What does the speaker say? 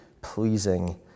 pleasing